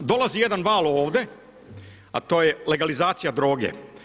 Dolazi jedan val ovdje, a to je legalizacija droge.